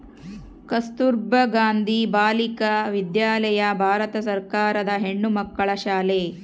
ಕಸ್ತುರ್ಭ ಗಾಂಧಿ ಬಾಲಿಕ ವಿದ್ಯಾಲಯ ಭಾರತ ಸರ್ಕಾರದ ಹೆಣ್ಣುಮಕ್ಕಳ ಶಾಲೆ